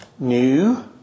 New